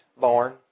barn